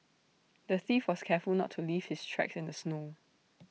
the thief was careful to not leave his tracks in the snow